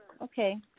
Okay